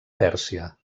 pèrsia